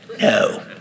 no